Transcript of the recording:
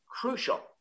crucial